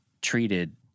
treated